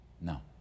No